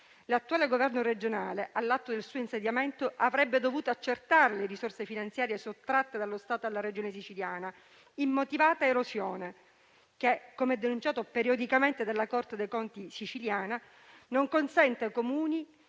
L'attuale governo regionale, all'atto del suo insediamento, avrebbe dovuto accertare le risorse finanziarie sottratte dallo Stato alla Regione Siciliana. Si è trattato di immotivata erosione, come denunciato periodicamente della Corte dei conti siciliana, non consentendo ai Comuni